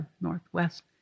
northwest